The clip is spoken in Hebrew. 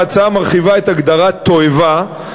ההצעה מרחיבה את הגדרת "תועבה",